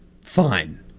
Fine